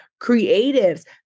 creatives